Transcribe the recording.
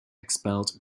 expelled